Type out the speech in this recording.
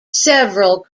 several